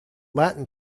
latin